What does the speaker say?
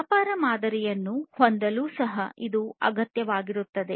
ವ್ಯಾಪಾರ ಮಾದರಿಯನ್ನು ಹೊಂದಲು ಸಹ ಇದು ಅಗತ್ಯವಾಗಿರುತ್ತದೆ